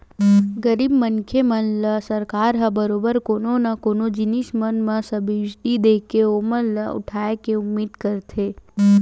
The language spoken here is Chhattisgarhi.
गरीब मनखे मन ल सरकार ह बरोबर कोनो न कोनो जिनिस मन म सब्सिडी देके ओमन ल उठाय के उदिम करथे